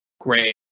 Great